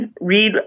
read